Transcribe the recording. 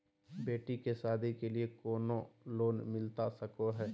बेटी के सादी के लिए कोनो लोन मिलता सको है?